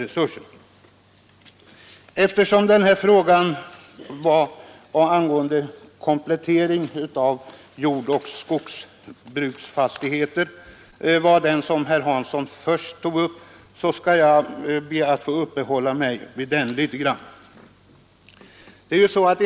Eftersom frågan om komplettering av jordoch skogsbruksfastigheter var den som herr Hansson i Skegrie först tog upp ber jag att få uppehålla mig något vid den.